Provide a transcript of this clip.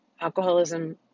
Alcoholism